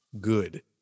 Good